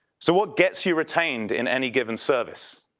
so what gets you retained in any given service?